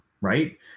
right